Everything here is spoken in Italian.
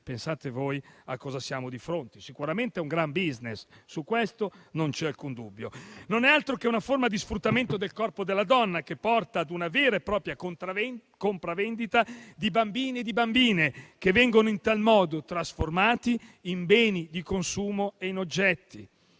Pensate a cosa siamo di fronte, sicuramente a un gran *business*, su questo non c'è alcun dubbio. Non è altro che una forma di sfruttamento del corpo della donna, che porta ad una vera e propria compravendita di bambini e di bambine che vengono in tal modo trasformati in beni di consumo e in oggetti,